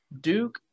Duke